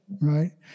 Right